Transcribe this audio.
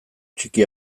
txiki